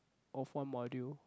of one module